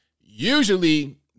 usually